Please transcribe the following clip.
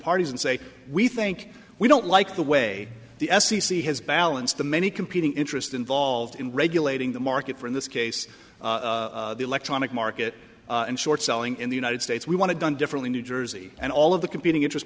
parties and say we think we don't like the way the f c c has balanced the many competing interests involved in regulating the market for in this case the electronic market and short selling in the united states we want to done differently new jersey and all of the competing interest